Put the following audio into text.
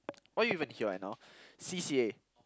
why you even here right now C_C_A